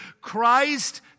Christ